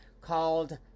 called